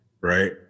right